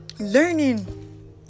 Learning